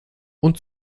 und